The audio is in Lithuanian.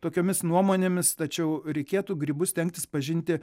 tokiomis nuomonėmis tačiau reikėtų grybus stengtis pažinti